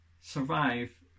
survive